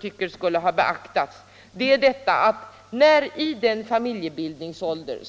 tycker också skulle ha beaktats, är att de studerande som vi här talar om är i familjebildningsåldern.